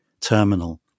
terminal